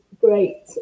great